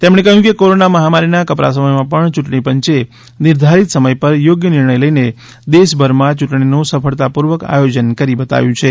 તેમણે કહ્યું કે કોરોના મહામારીના કપરા સમયમાં પણ ચૂંટણી પંચે નિર્ધારિત સમય પર થોગ્ય નિર્ણયો લઈને દેશભરમાં યૂંટણીનું સફળતાપૂર્વક આયોજન કરી બતાવ્યું છે